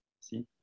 see